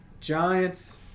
Giants